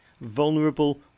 vulnerable